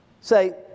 say